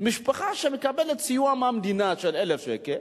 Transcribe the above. משפחה שמקבלת סיוע של 1,000 שקל